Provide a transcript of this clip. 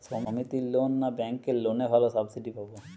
সমিতির লোন না ব্যাঙ্কের লোনে ভালো সাবসিডি পাব?